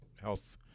health